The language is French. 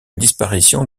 disparition